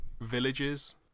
villages